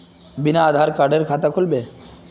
बिना आधार कार्डेर खाता खुल बे?